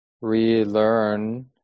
relearn